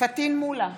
פטין מולא,